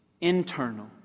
Internal